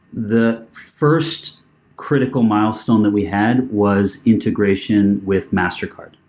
the first critical milestone that we had was integration with mastercard,